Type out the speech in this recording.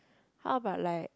how about like